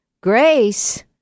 Grace